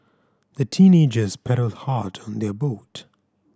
the teenagers paddled hard on their boat